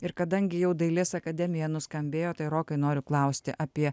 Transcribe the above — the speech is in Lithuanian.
ir kadangi jau dailės akademiją nuskambėjo tai rokai noriu klausti apie